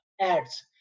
ads